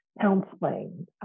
counseling